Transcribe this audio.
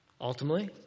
Ultimately